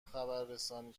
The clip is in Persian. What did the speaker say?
خبررسانی